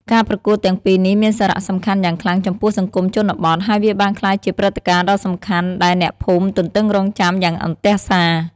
ការប្រកួតទាំងពីរនេះមានសារៈសំខាន់យ៉ាងខ្លាំងចំពោះសង្គមជនបទ ហើយវាបានក្លាយជាព្រឹត្តិការណ៍ដ៏សំខាន់ដែលអ្នកភូមិទន្ទឹងរង់ចាំយ៉ាងអន្ទះសា។